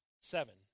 seven